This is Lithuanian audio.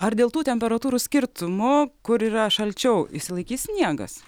ar dėl tų temperatūrų skirtumo kur yra šalčiau išsilaikys sniegas